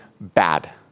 bad